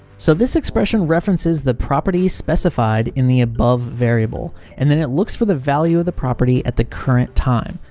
so this expression references the property specified in the above variable, and then it looks for the value of the property at the current time,